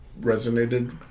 resonated